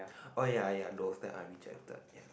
oh ya ya those that I rejected